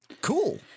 Cool